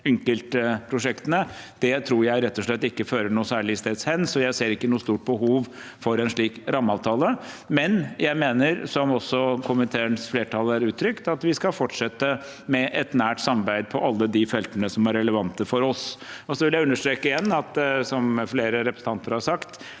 rett og slett ikke fører noensteds hen, så jeg ser ikke noe stort behov for en slik rammeavtale. Men jeg mener, som også komiteens flertall har uttrykt, at vi skal fortsette med et nært samarbeid på alle de feltene som er relevante for oss. Jeg vil igjen understreke, som flere representanter har sagt,